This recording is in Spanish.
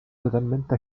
totalmente